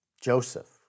Joseph